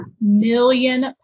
million